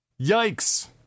Yikes